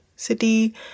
city